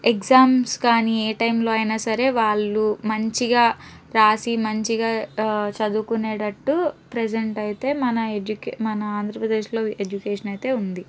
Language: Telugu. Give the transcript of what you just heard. ఎగ్జామ్స్ కానీ ఏ టైంలో అయినా సరే వాళ్ళు మంచిగా రాసి మంచిగా చదువుకునేటట్టు ప్రెసెంట్ అయితే మన ఎడ్యు మన ఎడ్యుకేషన్ మన ఆంధ్రప్రదేశ్లో ఎడ్యుకేషన్ అయితే ఉంది